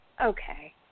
okay